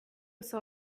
saw